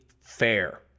fair